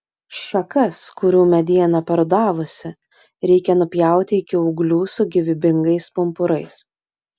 šakas kurių mediena parudavusi reikia nupjauti iki ūglių su gyvybingais pumpurais